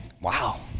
Wow